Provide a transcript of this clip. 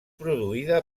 produïda